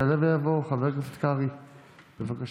יעלה ויבוא חבר הכנסת קרעי, בבקשה.